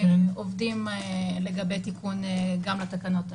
עובדים לגבי תיקון גם התקנות האלו,